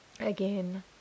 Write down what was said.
Again